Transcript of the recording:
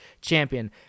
champion